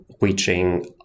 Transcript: reaching